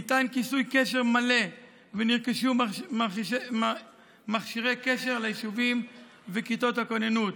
ניתן כיסוי קשר מלא ונרכשו מכשירי קשר ליישובים ולכיתות הכוננות.